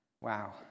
Wow